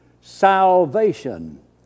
salvation